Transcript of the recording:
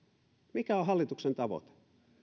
mikä on hallituksen tavoite